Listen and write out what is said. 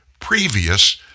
previous